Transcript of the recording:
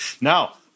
Now